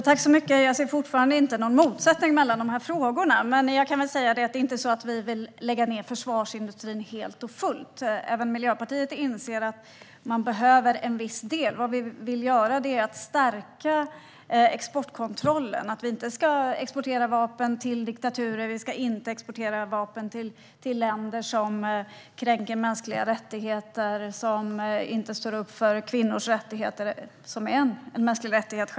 Herr talman! Jag ser fortfarande ingen motsättning mellan dessa frågor. Vi vill i varje fall inte lägga ned försvarsindustrin helt och fullt. Även Miljöpartiet inser att man behöver en viss del. Vi vill stärka exportkontrollen. Vi ska inte exportera vapen till diktaturer eller till länder som kränker mänskliga rättigheter och som inte står upp för kvinnors rättigheter, som ju självklart också är en mänsklig rättighet.